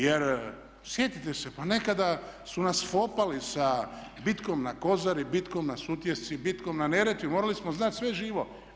Jer sjetite se pa nekada su nas fopali sa bitkom na Kozari, bitka na Sutjesci, bitkom na Neretvi, morali smo znati sve život.